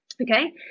Okay